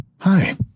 Hi